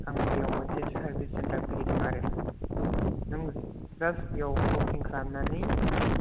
आं बेयाव मोनसे सारभिस सेन्टार खुलिदों आरो नों जास्ट बेयाव बुकिं खालामनानै